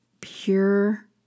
pure